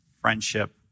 friendship